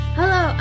Hello